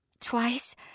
twice